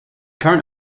current